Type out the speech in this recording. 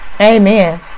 Amen